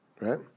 right